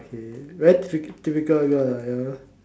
K very typ~ typical girl ah ya